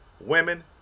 women